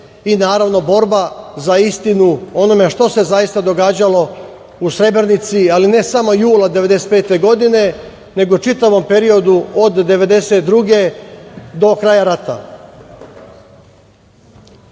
i, naravno, borba za istinu o onome šta se zaista događalo u Srebrenici, ali ne samo jula 1995. godine, nego u čitavom periodu od 1992. do kraja rata. Ovom